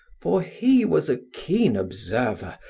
for he was a keen observer,